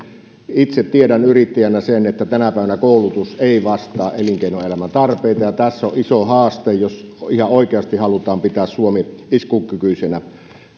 itse tiedän yrittäjänä sen että tänä päivänä koulutus ei vastaa elinkeinoelämän tarpeita ja tässä on iso haaste jos ihan oikeasti halutaan pitää suomi iskukykyisenä